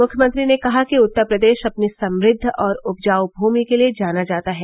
मुख्यमंत्री ने कहा कि उत्तर प्रदेश अपनी समृद्ध और उपजाऊ भूमि के लिये जाना जाता है